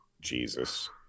Jesus